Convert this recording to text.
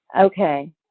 okay